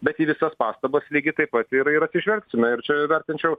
bet į visas pastabas lygiai taip pat ir ir atsižvelgsime ir čia vertinčiau